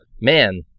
man